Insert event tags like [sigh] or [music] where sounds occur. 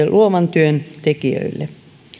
[unintelligible] luovan työn tekijöille